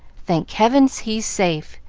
thank heaven, he's safe!